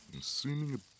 seeming